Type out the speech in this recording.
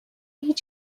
هیچ